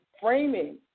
framing